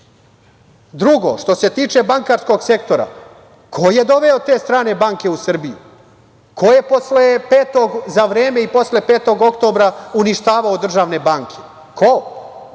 junaci. Drugo, što se tiče bankarskog sektora, ko je doveo te strane banke u Srbiju? Ko je za vreme i posle 5. oktobra uništavao državne banke? Ko?